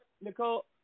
Nicole